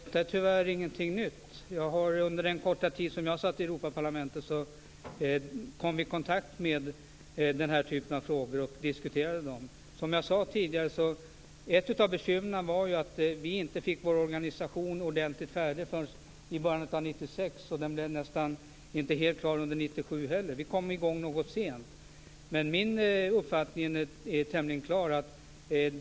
Fru talman! Detta är tyvärr ingenting nytt. Under den korta tid som jag satt i Europaparlamentet kom vi i kontakt med den här typen av frågor och diskuterade dem. Som jag tidigare sade var ett av bekymren att vi inte fick vår organisation ordentligt färdig förrän i början av 1996. Den blev nästan inte helt klar under 1997 heller. Vi kom i gång något sent. Min uppfattning är tämligen klar.